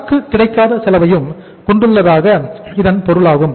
சரக்கு கிடைக்காத செலவையும் கொண்டுள்ளதாக இதன் பொருளாகும்